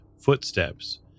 footsteps